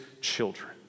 children